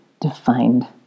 defined